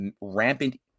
rampant